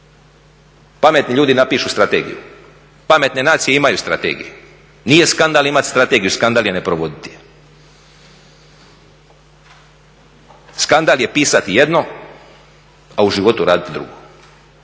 pametni ljudi napišu strategiju, pametne nacije imaju strategije. Nije skandal imati strategiju, skandal je neprovoditi je, skandal je pisati jedno, a u životu raditi drugo,